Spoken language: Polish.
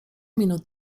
minut